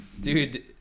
dude